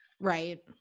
Right